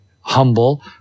humble